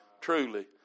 truly